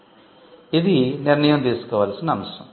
కాబట్టి ఇది నిర్ణయo తీసుకోవాల్సిన అంశం